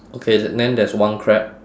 okay then there's one crab